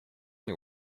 nie